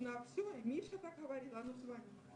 אני בא לדבר בשם גני החיות בארץ.